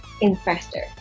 investor